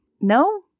No